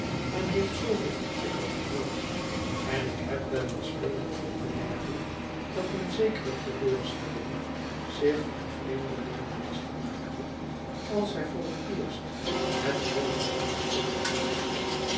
en heeft zooveel van wickel gehoord en ik heb wel eens meenen op te merken dat een zekere teleurstelling zich van vreemdelingen meester maakte als zij voor het eerst het hooggeroemde wickel zagen